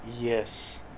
yes